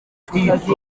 twitwaje